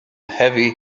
heavy